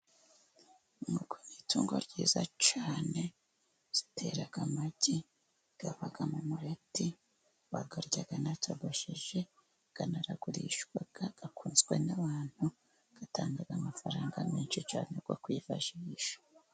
Inkoko ni itungo ryiza cyane zitera amagi avamo umuleti bakarya bayarya anatogosheje, aranagurishwa, akunzwe n'abantu, atanga amafaranga menshi cyane yo kwifashisha.